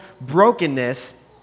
brokenness